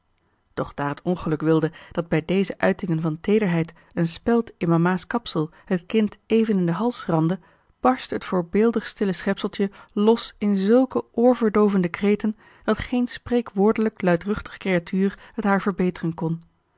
daar het ongeluk wilde dat bij deze uitingen van teederheid een speld in mama's kapsel het kind even in den hals schramde barstte het voorbeeldig stille schepseltje los in zulke oorverdoovende kreten dat geen spreekwoordelijk luidruchtig creatuur het haar verbeteren kon